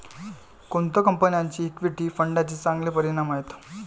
कोणत्या कंपन्यांचे इक्विटी फंडांचे चांगले परिणाम आहेत?